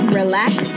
relax